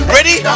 Ready